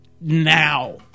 now